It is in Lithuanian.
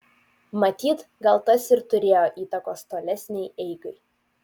matyt gal tas ir turėjo įtakos tolesnei eigai